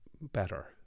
better